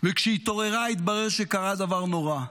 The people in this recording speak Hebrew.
וכשהיא התעוררה, התברר שקרה דבר נורא: